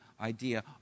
idea